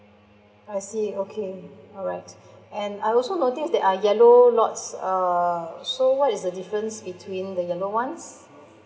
I see okay alright and I also noticed that there are yellow lots err so what is the difference between the yellow ones